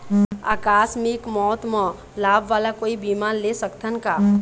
आकस मिक मौत म लाभ वाला कोई बीमा ले सकथन का?